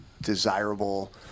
desirable